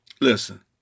Listen